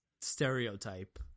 stereotype